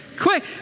Quick